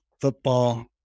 football